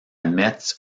metz